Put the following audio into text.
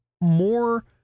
more